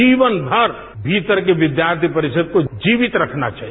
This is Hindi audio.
जीवनभर भीतर के विद्यार्थी को जीवित रखना चाहिए